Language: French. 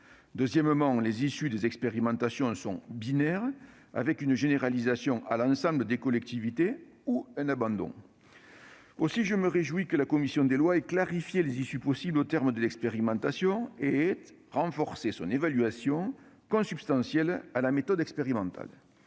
deuxièmement, les issues de l'expérimentation sont binaires : généralisation à l'ensemble des collectivités ou abandon. Aussi, je me réjouis que la commission des lois ait clarifié les issues possibles au terme de l'expérimentation et en ait renforcé l'évaluation, consubstantielle à la méthode expérimentale.